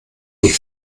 die